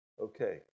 Okay